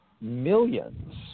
millions